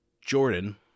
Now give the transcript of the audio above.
Jordan